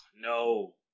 no